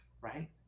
right